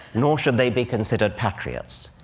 nor should they be considered patriots.